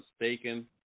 mistaken